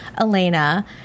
Elena